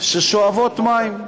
ששואבות מים.